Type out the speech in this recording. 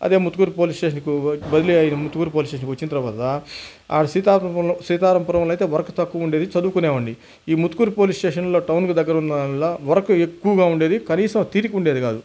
అదే ముత్తుకూరి పోలీస్ స్టేషన్కు బదిలీ అయినా ముత్తుకూరి పోలీస్ స్టేషన్కి వచ్చిన తర్వాత ఆడ సీతరామ సీతారామపురంలో అయితే వర్క్ తక్కువ ఉండేది చదువుకునేవాడిని ఈ ముత్తుకూరు పోలీస్ స్టేషన్లో టౌన్కి దగ్గరలో ఉండడం వల్ల వర్క్ ఎక్కువగా ఉండేది కనీసం తీరిక ఉండేది కాదు